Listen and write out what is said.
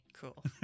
Cool